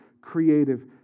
Creative